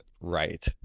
right